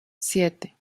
siete